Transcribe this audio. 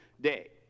Day